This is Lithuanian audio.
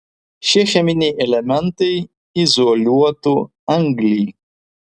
šie cheminiai elementai izoliuotų anglį